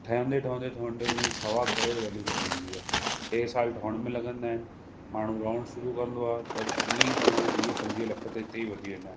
ठहिंदे ठहिंदे ठहिंदे थोरे टाइम में उनजी सवा करोड़ वैल्यू थी वेंदी आहे टे साल ठहण में लॻंदा आहिनि माण्हू रहण शुरू कंदो आहे त ईअं तव्हांजे वीह पंजवीह लख हिते ई वधी वेंदा आहिनि